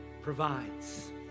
provides